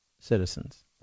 citizens